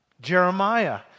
Jeremiah